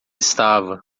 estava